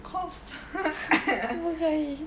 cost